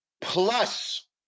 plus